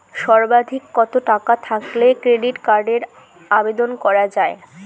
সর্বাধিক কত টাকা থাকলে ক্রেডিট কার্ডের আবেদন করা য়ায়?